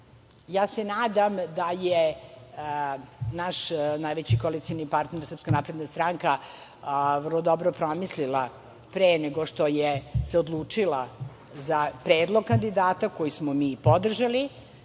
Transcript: Ja se nadam da je naš najveći koalicioni partner Srpska napredna stranka vrlo dobro promislila pre nego što se odlučila za predlog kandidata koji smo mi podržali